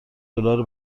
دلار